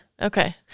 Okay